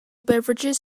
beverages